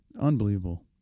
unbelievable